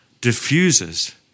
diffuses